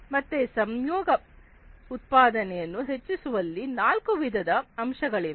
ಮತ್ತೆ ಸಂಯೋಗ ಉತ್ಪಾದನೆಯನ್ನು ಹೆಚ್ಚಿಸುವಲ್ಲಿ ನಾಲ್ಕು ವಿಧದ ಅಂಶಗಳಿವೆ